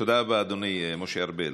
תודה רבה, אדוני משה ארבל.